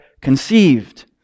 conceived